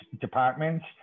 departments